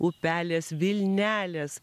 upelės vilnelės